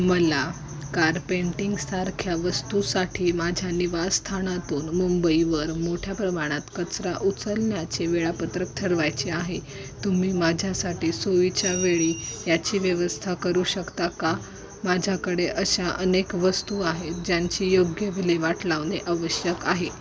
मला कार्पेंटिंगसारख्या वस्तूंसाठी माझ्या निवासस्थानातून मुंबईवर मोठ्या प्रमाणात कचरा उचलण्याचे वेळापत्रक ठरवायचे आहे तुम्ही माझ्यासाठी सोयीच्या वेळी याची व्यवस्था करू शकता का माझ्याकडे अशा अनेक वस्तू आहेत ज्यांची योग्य विल्हेवाट लावणे आवश्यक आहे